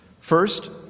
First